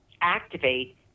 activate